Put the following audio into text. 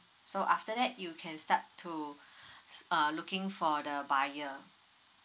so after that you can start to uh looking for the buyer